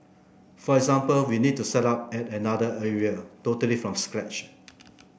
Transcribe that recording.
for example we need to set up at another area totally from scratch